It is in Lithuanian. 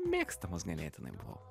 mėgstamas ganėtinai buvau